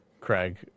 Craig